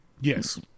Yes